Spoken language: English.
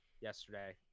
yesterday